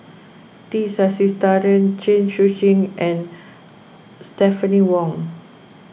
T Sasitharan Chen Sucheng and Stephanie Wong